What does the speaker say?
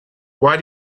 why